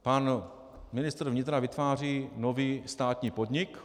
Pan ministr vnitra vytváří nový státní podnik.